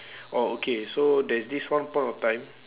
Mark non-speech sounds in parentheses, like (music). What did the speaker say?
(breath) oh okay so there's this one point of time